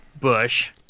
Bush